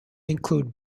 include